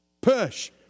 Push